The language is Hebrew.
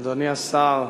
אדוני השר,